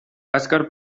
azkar